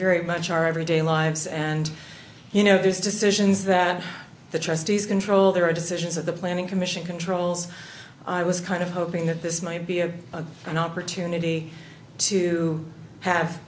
very much our everyday lives and you know these decisions that the trustees control there are decisions that the planning commission controls i was kind of hoping that this might be a bit of an opportunity to have